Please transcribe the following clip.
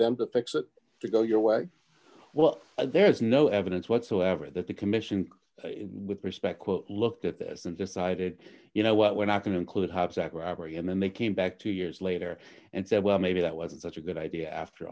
them to fix it to go your way well there's no evidence whatsoever that the commission with respect quote looked at this and decided you know what we're not going to include have zach robbery and then they came back two years later and said well maybe that wasn't such a good idea after